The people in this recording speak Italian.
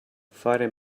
far